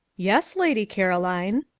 yes, lady caroline.